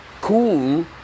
cool